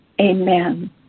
Amen